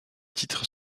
titres